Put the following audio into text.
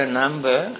number